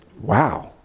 wow